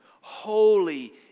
Holy